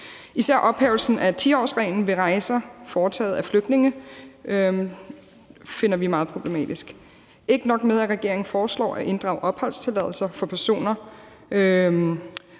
Især ophævelsen af 10-årsreglen ved rejser foretaget af flygtninge finder vi meget problematisk. Ikke nok med at regeringen foreslår at inddrage opholdstilladelser for personer